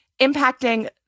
impacting